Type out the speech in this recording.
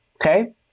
Okay